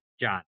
John